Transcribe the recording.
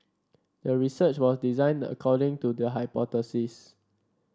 the research was designed according to the hypothesis